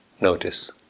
Notice